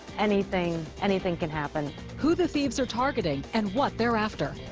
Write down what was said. anything anything can happen. who the thieves are targeting and what they're after.